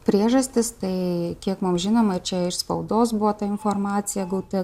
priežastis tai kiek mums žinoma čia iš spaudos buvo ta informacija gauta